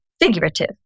figurative